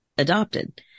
adopted